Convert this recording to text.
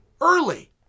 early